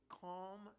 calm